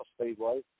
Speedway